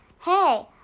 Hey